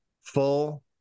full